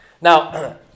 Now